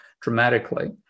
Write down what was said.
dramatically